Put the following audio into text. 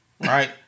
Right